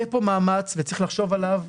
יהיה פה מאמץ וצריך לחשוב עליו,